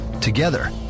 Together